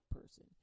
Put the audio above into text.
person